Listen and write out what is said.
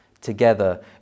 Together